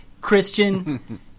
Christian